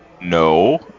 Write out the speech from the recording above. No